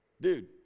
dude